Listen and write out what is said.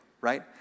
right